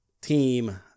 team